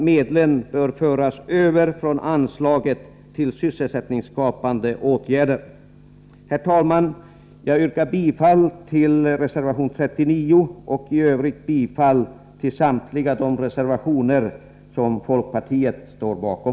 Medlen bör föras över från anslaget Sysselsättningsskapande åtgärder. Herr talman! Jag yrkar bifall till reservation 39 liksom till de övriga reservationer som folkpartiet står bakom.